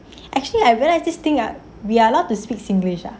actually I realise this thing ah we allowed to speak singlish ah